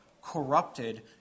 corrupted